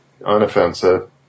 unoffensive